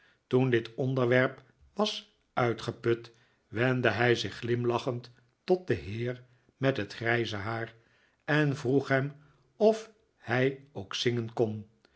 toen dit onderwerp was uitgeput wendde hij zich glimlachend tot den heer met het grijze haar en vroeg hem of hij ook zingen kon